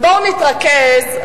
בואו נתרכז,